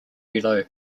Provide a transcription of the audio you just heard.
below